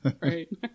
Right